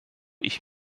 ich